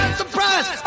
surprise